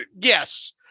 Yes